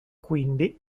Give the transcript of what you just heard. quindi